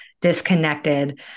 disconnected